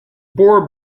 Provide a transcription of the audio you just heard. poor